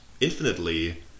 infinitely